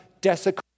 desecration